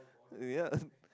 ya